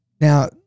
Now